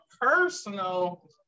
personal